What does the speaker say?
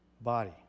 body